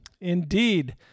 Indeed